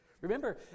Remember